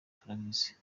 turabizi